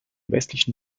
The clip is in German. westlichen